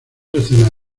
escenas